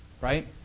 Right